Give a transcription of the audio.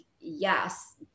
yes